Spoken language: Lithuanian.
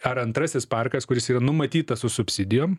ar antrasis parkas kuris yra numatytas su subsidijom